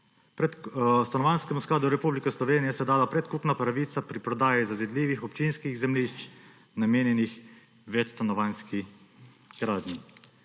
– Stanovanjskemu skladu Republike Slovenije se je dala predkupna pravica pri prodaji zazidljivih občinskih zemljišč, namenjenih večstanovanjski gradnji.